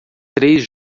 três